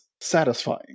satisfying